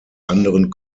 anderen